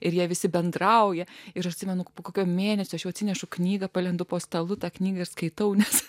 ir jie visi bendrauja ir atsimenu po kokio mėnesio aš jau atsinešu knygą palendu po stalu tą knygą skaitau nes